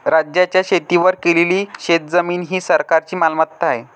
राज्याच्या शेतीवर केलेली शेतजमीन ही सरकारची मालमत्ता आहे